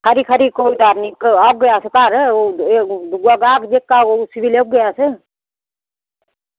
खरी खरी कोई डर निं औगे अस घर जेह्का होग उसी बी लेई औगे अस